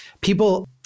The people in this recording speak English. People